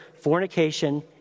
fornication